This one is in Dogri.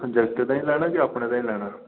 जागतें ताईं लेना जां अपने ताईं लैना